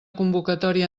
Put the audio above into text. convocatòria